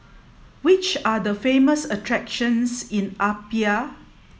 which are the famous attractions in Apia